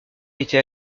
été